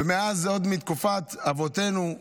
ומאז, עוד מתקופת אבותינו,